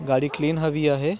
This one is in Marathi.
गाडी क्लीन हवी आहे